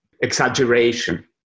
exaggeration